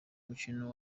umukino